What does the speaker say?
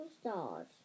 stars